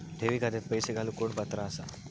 ठेवी खात्यात पैसे घालूक कोण पात्र आसा?